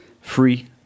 Free